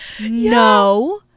No